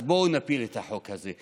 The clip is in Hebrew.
אז בואו נפיל את החוק הזה.